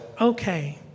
Okay